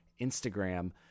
Instagram